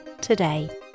today